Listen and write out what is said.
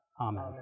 Amen